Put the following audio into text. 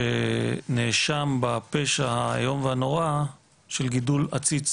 שנאשם בפשע האיום והנורא של גידול עציץ